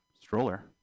stroller